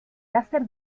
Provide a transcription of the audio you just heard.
láser